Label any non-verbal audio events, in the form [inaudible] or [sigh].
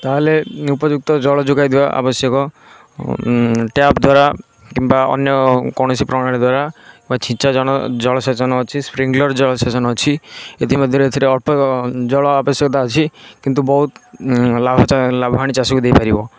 ତାହେଲେ ଉପଯୁକ୍ତ ଜଳ ଯୋଗାଇ ଦେବା ଆବଶ୍ୟକ ଟ୍ୟାପ୍ ଦ୍ଵାରା କିମ୍ବା ଅନ୍ୟ କୌଣସି ପ୍ରଣାଳୀ ଦ୍ଵାରା ବା ଛିଞ୍ଚା ଜଳ ସେଚନ ଅଛି ସ୍ପ୍ରିଙ୍କଲର୍ ଜଳ ସେଚନ ଅଛି ଏଥି ମଧ୍ୟରେ ଏଥିରେ ଅଳ୍ପ ଜଳ ଆବଶ୍ୟକତା ଅଛି କିନ୍ତୁ ବହୁତ ଲାଭ [unintelligible] ବାଣୀ ଚାଷକୁ ଦେଇପାରିବ